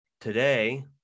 today